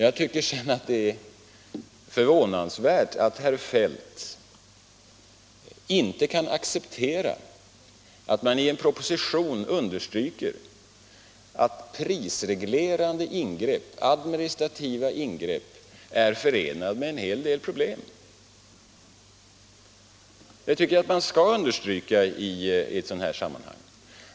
Jag tycker att det är förvånansvärt att herr Feldt inte kan acceptera att man i en proposition understryker att administrativa prisreglerande ingrepp är förenade med en hel del problem. Jag tycker att man skall understryka det i ett sådant här sammanhang.